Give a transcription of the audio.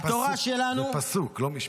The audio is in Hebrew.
זה פסוק, לא משפט.